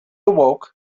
awoke